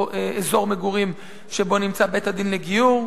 אזור מגורים שבו נמצא בית-הדין לגיור,